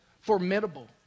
formidable